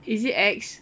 is it X